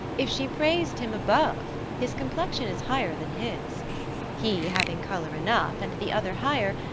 if she prais'd him above, his complexion is higher than his he having colour enough, and the other higher,